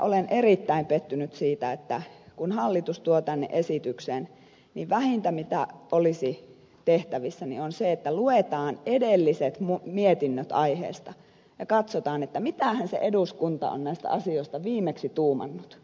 olen erittäin pettynyt siitä että kun hallitus tuo tänne esityksen niin vähintä mitä olisi tehtävissä on se että luetaan edelliset mietinnöt aiheesta ja katsotaan mitähän se eduskunta on näistä asioista viimeksi tuumannut